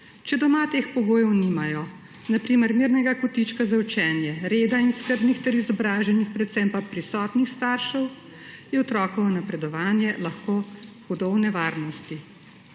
Če doma teh pogojev nimajo, na primer, mirnega kotička za učenje, reda in skrbnih ter izobraženih, predvsem pa prisotnih staršev, je otrokovo napredovanje lahko hudo v nevarnosti.